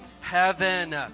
heaven